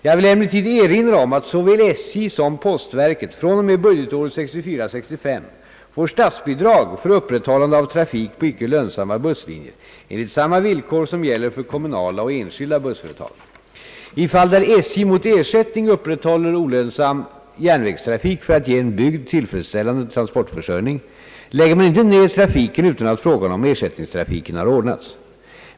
Jag vill emellertid erinra om att såväl SJ som postverket från och med I fall där SJ mot ersättning upprätthåller olönsam järnvägstrafik för att ge en bygd tillfredsställande transportförsörjning, lägger man inte ned trafiken utan att frågan om ersättningstrafik har ordnats.